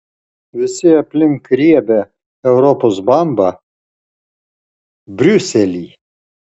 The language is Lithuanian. visi aplink riebią europos bambą briuselį